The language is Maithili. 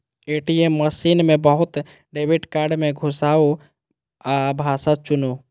ए.टी.एम मशीन मे अपन डेबिट कार्ड कें घुसाउ आ भाषा चुनू